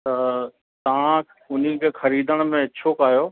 त तव्हां हुनखे ख़रीदण में इच्छुक आहियो